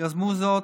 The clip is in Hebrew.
יזמו זאת.